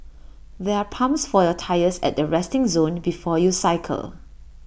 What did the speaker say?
there are pumps for your tyres at the resting zone before you cycle